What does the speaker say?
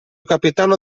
capitano